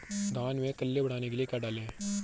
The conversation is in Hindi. धान में कल्ले बढ़ाने के लिए क्या डालें?